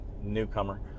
newcomer